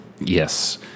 Yes